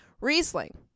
Riesling